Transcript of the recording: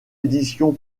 édition